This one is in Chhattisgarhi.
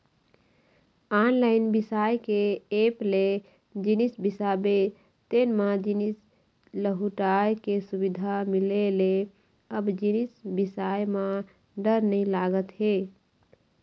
ऑनलाईन बिसाए के ऐप ले जिनिस बिसाबे तेन म जिनिस लहुटाय के सुबिधा मिले ले अब जिनिस बिसाए म डर नइ लागत हे